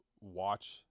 watch